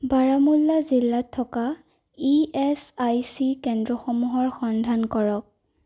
বাৰামুল্লা জিল্লাত থকা E S I C কেন্দ্ৰসমূহৰ সন্ধান কৰক